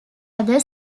other